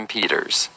Peters